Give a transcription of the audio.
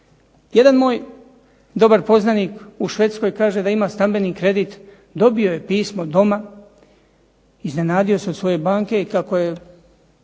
Jedan moj dobar poznanik u Švedskoj kaže da ima stambeni kredit, dobio je pismo doma, iznenadio se od svoje banke i kako je